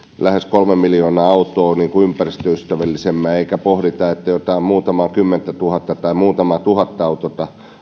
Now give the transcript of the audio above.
lähes kolme miljoonaa autoa ympäristöystävällisemmiksi eikä pohdita muutamaa kymmentätuhatta tai muutamaa tuhatta autoa